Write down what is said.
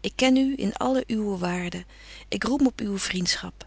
ik ken u in alle uwe waarde ik roem op uwe vriendschap